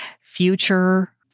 future